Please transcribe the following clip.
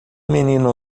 menino